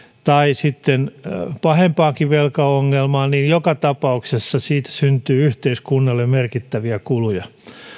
tai pahempaankin velkaongelmaan joka tapauksessa siitä syntyy yhteiskunnalle merkittäviä kuluja